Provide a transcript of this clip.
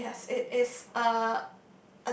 it's it has it is a